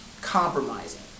compromising